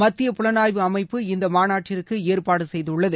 மத்திய புலனாய்வு அமைப்பு இந்தமாநாட்டிற்குஏற்பாடுசெய்துள்ளது